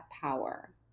power